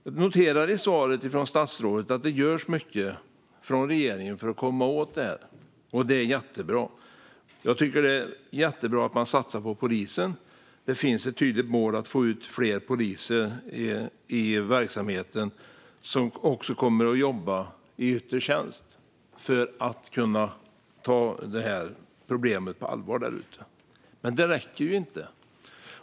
Jag noterar i svaret från statsrådet att det görs mycket från regeringen för att komma åt det här, och det är jättebra. Jag tycker att det är jättebra att man satsar på polisen och att det finns ett tydligt mål att få ut fler poliser i verksamheten som också kommer att jobba i yttre tjänst för att kunna ta problemet på allvar där ute. Men det räcker inte.